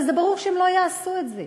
אבל ברור שהם לא יעשו את זה.